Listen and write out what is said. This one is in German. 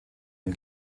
den